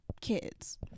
kids